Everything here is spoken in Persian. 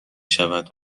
شود